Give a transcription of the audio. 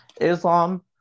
Islam